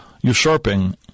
usurping